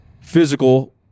physical